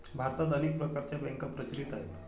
भारतात अनेक प्रकारच्या बँका प्रचलित आहेत